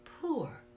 Poor